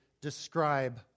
describe